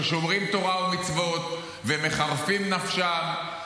ששומרים תורה ומצוות ומחרפים נפשם.